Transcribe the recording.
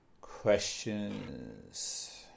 questions